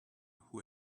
who